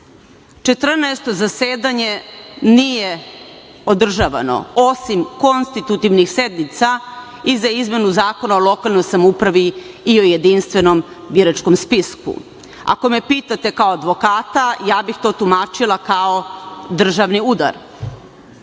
zasedanje nije održavano, osim konstitutivnih sednica i za izmenu Zakona o lokalnoj samoupravi i o jedinstvenom biračkom spisku. Ako me pitate, kao advokata, ja bih to tumačila kao držani udar. Osim